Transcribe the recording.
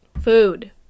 food